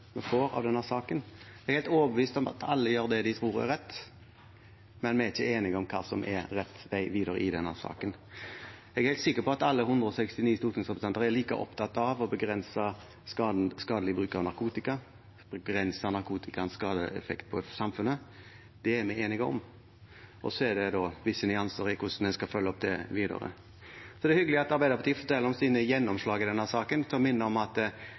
helt overbevist om at alle gjør det de tror er rett, men vi er ikke enige om hva som er rett vei videre i denne saken. Jeg er helt sikker på at alle 169 stortingsrepresentanter er like opptatt av å begrense skadelig bruk av narkotika og begrense narkotikaens skadeeffekt på samfunnet. Det er vi enige om. Og så er det visse nyanser i hvordan vi skal følge opp det videre. Så er det hyggelig at Arbeiderpartiet forteller om sine gjennomslag i denne saken, som minner om at